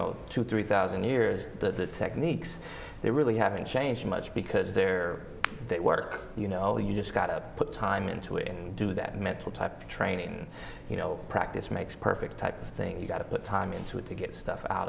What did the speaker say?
know two three thousand years the techniques they really haven't changed much because they're that work you know you just got to put time into it and do that mental type training you know practice makes perfect type of thing you got to put time into it to get stuff out